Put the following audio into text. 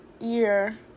year